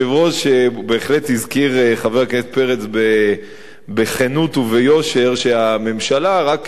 שבהחלט הזכיר חבר הכנסת פרץ בכנות וביושר שהממשלה רק אתמול,